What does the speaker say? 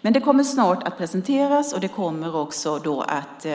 Men det kommer snart att presenteras. Det kommer då att